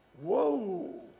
Whoa